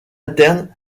internes